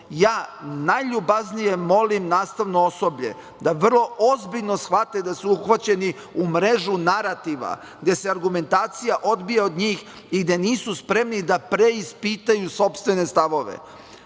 najljubaznije molim nastavno osoblje da vrlo ozbiljno shvate da su uhvaćeni u mrežu narativa gde se argumentacija odbija od njih i da nisu spremni da preispitaju sopstvene stavove.